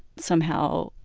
somehow,